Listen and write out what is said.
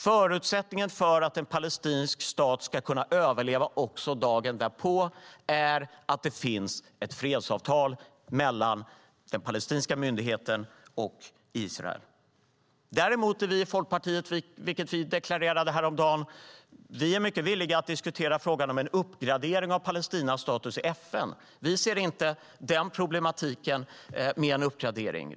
Förutsättningen för att en palestinsk stat ska kunna överleva också till dagen därpå är att det finns ett fredsavtal mellan den palestinska myndigheten och Israel. Vi i Folkpartiet är, vilket vi deklarerade häromdagen, mycket villiga att diskutera frågan om en uppgradering av Palestinas status i FN. Vi ser inte problem med en uppgradering.